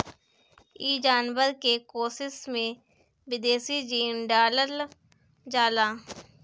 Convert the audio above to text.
इ जानवर के कोशिका में विदेशी जीन डालल जाला